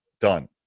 Done